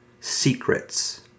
Secrets